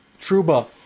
Truba